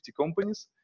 companies